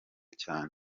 cyane